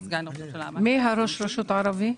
מי ראש הרשות הערבי?